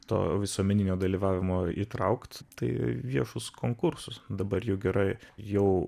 to visuomeninio dalyvavimo įtraukt tai viešus konkursus dabar jau gerai jau